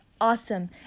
awesome